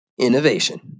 innovation